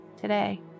today